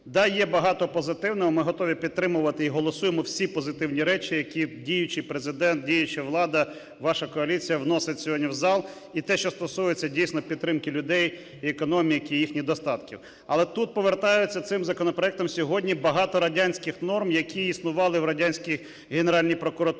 Да, є багато позитивного, ми готові підтримувати і голосуємо всі позитивні речі, які діючий Президент, діюча влада, ваша коаліція вносить сьогодні в зал. І те, що стосується дійсно підтримки людей і економіки, і їхніх достатків. Але тут повертаються, цим законопроектом, сьогодні багато радянських норм, які існували в радянській Генеральній прокуратурі